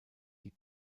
die